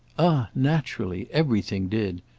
ah naturally everything did.